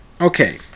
okay